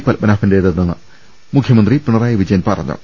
പത്മനാഭന്റേതെന്ന് മുഖ്യമന്ത്രി പിണറായി വിജയൻ പറഞ്ഞു